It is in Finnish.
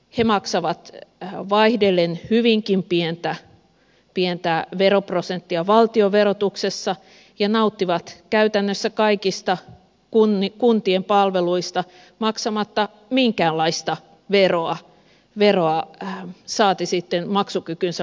he maksavat vaihdellen hyvinkin pientä veroprosenttia valtionverotuksessa ja nauttivat käytännössä kaikista kuntien palveluista maksamatta minkäänlaista veroa saati sitten maksukykynsä mukaista veroa